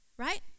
Right